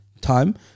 time